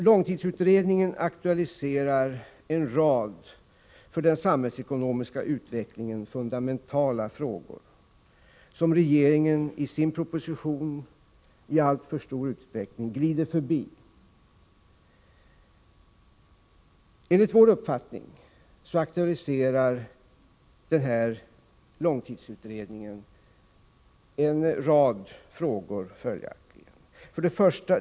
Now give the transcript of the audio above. Långtidsutredningen aktualiserar en rad för den samhällsekonomiska utvecklingen fundamentala frågor, som regeringen i sin proposition i alltför stor utsträckning glider förbi. Bl. a. aktualiseras följande frågor: 1.